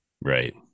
Right